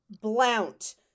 Blount